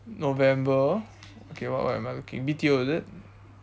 november okay what what am I looking B_T_O is it